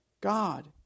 God